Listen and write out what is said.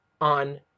on